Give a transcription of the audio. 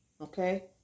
Okay